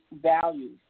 values